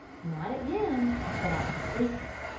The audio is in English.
not at him, but at the sleeper.